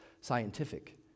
scientific